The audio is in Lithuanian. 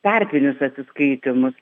tarpinius atsiskaitymus